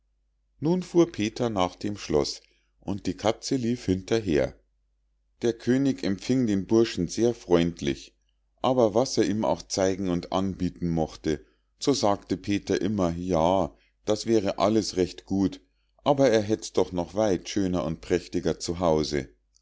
nun fuhr peter nach dem schloß und die katze lief hinterher der könig empfing den burschen sehr freundlich aber was er ihm auch zeigen und anbieten mochte so sagte peter immer ja das wäre alles recht gut aber er hätt's doch noch weit schöner und prächtiger